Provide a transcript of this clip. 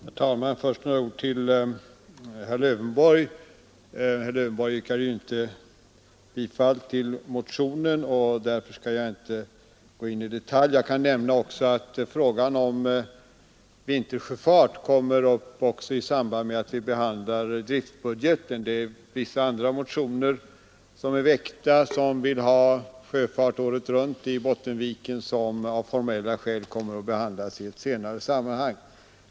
Herr talman! Först några ord till herr Lövenborg. Herr Lövenborg yrkade ju inte bifall till motionen, och därför skall jag inte gå in i detalj. Jag kan nämna att frågan om vintersjöfart även kommer upp i samband med behandlingen av driftbudgeten. Vissa andra motioner är väckta om sjöfart året runt i Bottenviken. Av formella skäl kommer de motionerna att behandlas i ett senare sammanhang.